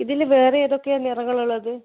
ഇതിന് വേറെയേതൊക്കെയാണ് നിറങ്ങളുള്ളത്